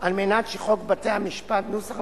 על מנת שחוק בתי-המשפט ,